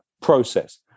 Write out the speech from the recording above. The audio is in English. process